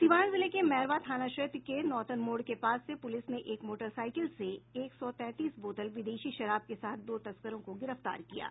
सीवान जिले के मैरवा थाना क्षेत्र के नौतन मोड़ के पास से पूलिस ने एक मोटरसाईकिल से एक सौ तैंतीस बोतल विदेशी शराब के साथ दो तस्करों को गिरफ्तार किया है